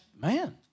man